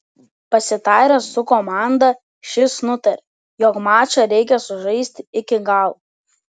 pasitaręs su komanda šis nutarė jog mačą reikia sužaisti iki galo